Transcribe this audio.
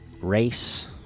race